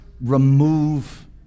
remove